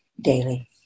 daily